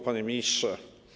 Panie Ministrze!